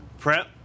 Prep